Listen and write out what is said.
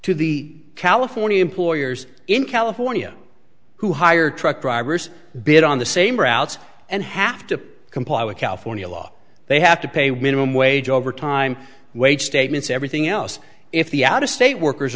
to the california employers in california who hire truck drivers bid on the same routes and have to comply with california law they have to pay when i'm wage over time wage statements everything else if the out of state workers